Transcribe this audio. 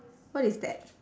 what is that